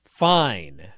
Fine